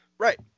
Right